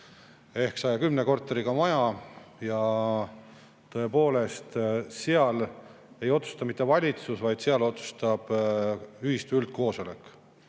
ehk 110 korteriga maja, siis tõepoolest seal ei otsusta mitte valitsus, vaid seal otsustab ühistu üldkoosolek.